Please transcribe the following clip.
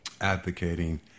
advocating